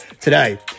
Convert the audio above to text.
today